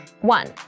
One